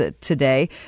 today